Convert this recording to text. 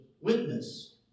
witness